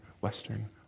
Western